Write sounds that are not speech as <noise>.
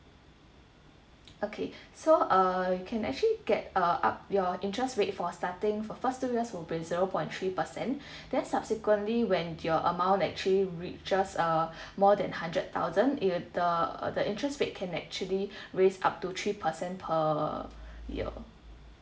okay <breath> so uh can actually get uh up your interest rate for starting for first two years will be zero point three percent <breath> then subsequently when your amount actually reaches uh more than hundred thousand it'll the the interest rate can actually <breath> raise up to three percent per year